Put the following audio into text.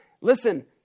Listen